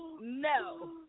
No